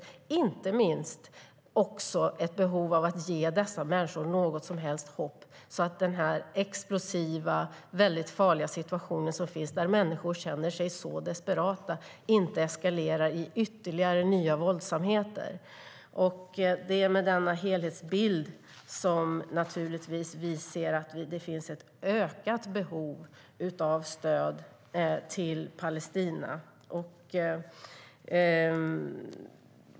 Vi ser inte minst också ett behov av att ge dessa människor något slags hopp, så att den explosiva och väldigt farliga situation som råder där människor känner sig så desperata, inte eskalerar i ytterligare nya våldsamheter. Det är naturligtvis med denna helhetsbild som vi ser att det finns ett ökat behov av stöd till Palestina.